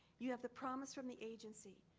you have the promise from the agency,